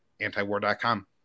AntiWar.com